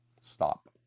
stop